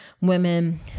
women